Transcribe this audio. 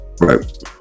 Right